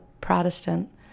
Protestant